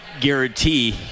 guarantee